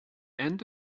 end